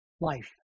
life